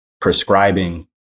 prescribing